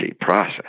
process